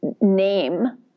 name